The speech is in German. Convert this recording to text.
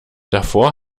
davor